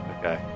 Okay